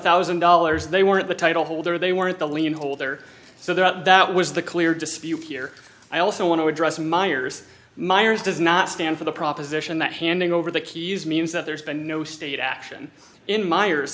thousand dollars they weren't the title holder they weren't the lienholder so the that was the clear dispute here i also want to address myers myers does not stand for the proposition that handing over the keys means that there's been no state action in meyer